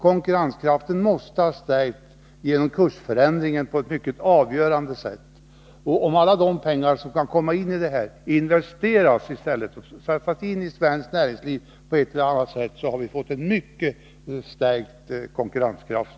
Den måste ha stärkts genom valutakursförändringarna på ett mycket avgörande sätt. Om alla de pengar som kommit in på detta sätt hade investerats i svenskt näringsliv, hade vi fått en mycket stärkt konkurrenskraft.